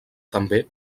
també